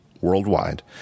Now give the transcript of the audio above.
worldwide